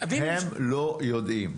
הם לא יודעים,